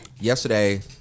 yesterday